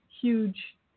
huge